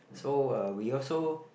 so uh we also